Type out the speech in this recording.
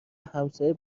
همسایه